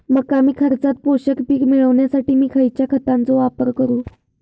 मका कमी खर्चात पोषक पीक मिळण्यासाठी मी खैयच्या खतांचो वापर करू?